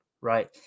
Right